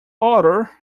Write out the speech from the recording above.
order